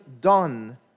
done